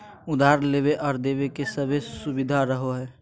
उधार लेबे आर देबे के सभै सुबिधा रहो हइ